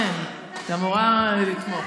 כן, את אמורה לתמוך.